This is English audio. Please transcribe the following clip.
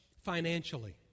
financially